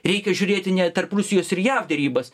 reikia žiūrėti ne tarp rusijos ir jav derybas